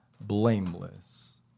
blameless